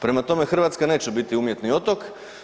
Prema tome, Hrvatska neće biti umjetni otok.